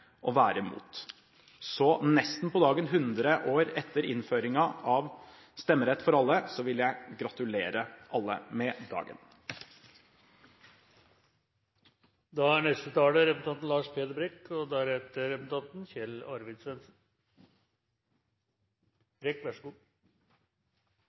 å være mot. Så nesten på dagen 100 år etter innføringen av stemmerett for alle, vil jeg gratulere alle med dagen.